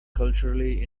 culturally